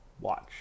watch